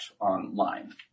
online